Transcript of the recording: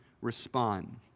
respond